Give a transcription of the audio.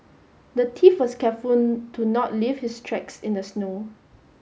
the thief was careful to not leave his tracks in the snow